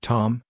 Tom